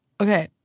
Okay